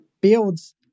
builds